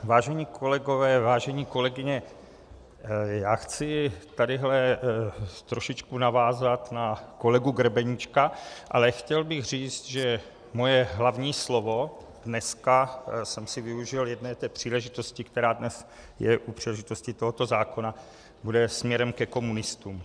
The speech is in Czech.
Vážení kolegové, vážené kolegyně, já chci tady trošičku navázat na kolegu Grebeníčka, ale chtěl bych říct, že moje hlavní slovo dneska využil jsem jedné té příležitosti, která dnes je u příležitosti tohoto zákona bude směrem ke komunistům.